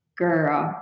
girl